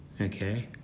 okay